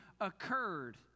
occurred